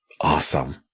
Awesome